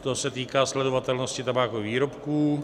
To se týká sledovatelnosti tabákových výrobků.